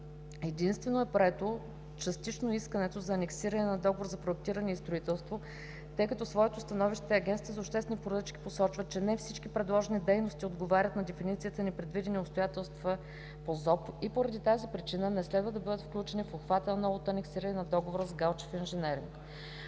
Единствено е прието частично искането за анексирането на договора за проектиране и строителство, тъй като в своето становище Агенцията за обществени поръчки посочва, че не всички предложени дейности отговарят на дефиницията „непредвидени обстоятелства“ по Закона за обществените поръчки и по тази причина не следва да бъдат включени в обхвата на новото анексиране на договора с „Галчев инженеринг“.